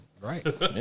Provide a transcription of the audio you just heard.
Right